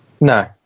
no